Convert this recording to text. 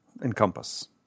encompass